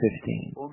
fifteen